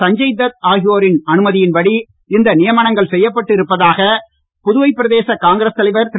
சஞ்சய் தத் ஆகியோரின் அனுமதியின்படி இந்த நியமனங்கள் செய்யப்பட்டு இருப்பதாக புதுவை காங்கிரஸ் தலைவர் திரு